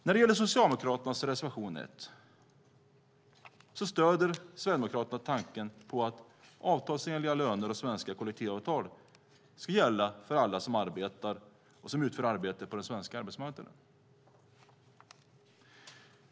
När det gäller socialdemokraternas reservation 1 stöder Sverigedemokraterna tanken på att avtalsenliga löner och svenska kollektivavtal ska gälla för alla som utför arbete på den svenska arbetsmarknaden.